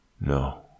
No